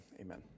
amen